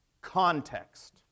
Context